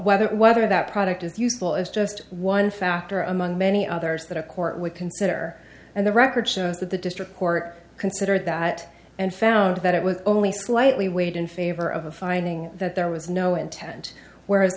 whether whether that product is useful is just one factor among many others that a court would consider and the record shows that the district court considered that and found that it was only slightly weighed in favor of a finding that there was no intent whereas